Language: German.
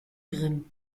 grimm